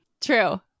true